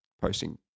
posting